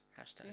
hashtag